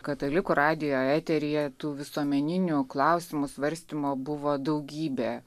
katalikų radijo eteryje tų visuomeninių klausimų svarstymo buvo daugybė